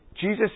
Jesus